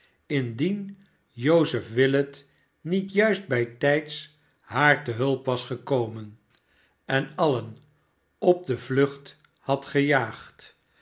indien joseph willet niet juist bijtijds haar te hulp was gekomen en alien op de vlucht had gejaagd